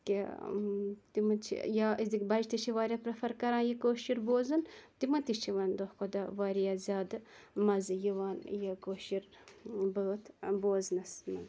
کہ تِم چھِ یا أزکۍ بَچہِ تہِ چھِ واریاہ پرٮ۪فَر کَران یہِ کٲشُر بوزُن تِمَن تہِ چھِ وۄنۍ دۄہ کھۄتہٕ دۄہ واریاہ زیادٕ مَزٕ یِوان یہِ کٲشُر بٲتھ بوزنَس منٛز